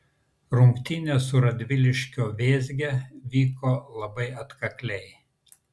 rungtynės su radviliškio vėzge vyko labai atkakliai